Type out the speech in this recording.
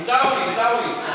עיסאווי, עיסאווי.